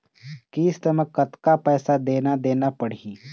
किस्त म कतका पैसा देना देना पड़ही?